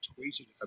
tweeted